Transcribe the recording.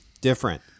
different